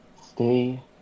stay